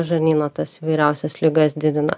žarnyno tas įvairiausias ligas didina